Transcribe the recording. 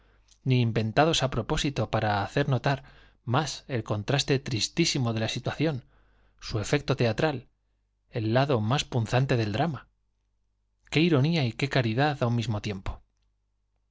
ni inventados á propósito para hacer notar más el contraste tristí simo de la situación efecto el lado más su teatral punzante del drama i qué ironía y qué caridad á un mismo tiempo